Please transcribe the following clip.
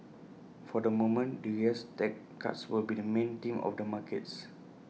for the moment the U S tax cuts will be the main theme of the markets